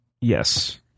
Yes